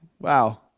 Wow